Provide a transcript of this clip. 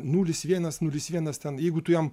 nulis vienas nulis vienas ten jeigu tu jam